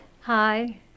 hi